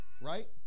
right